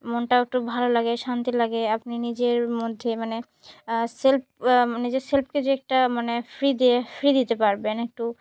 মনটাও একটু ভালো লাগে শান্তি লাগে আপনি নিজের মধ্যে মানে সেলফ নিজের সেলফকে যে একটা মানে ফ্রি দিয়ে ফ্রি দিতে পারবেন একটু